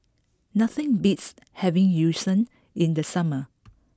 nothing beats having yu sheng in the summer